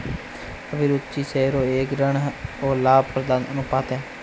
अभिरुचि रेश्यो एक ऋण और लाभप्रदता अनुपात है